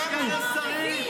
פצועים.